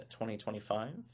2025